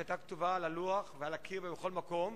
שהיתה כתובה על הלוח ועל הקיר ובכל מקום.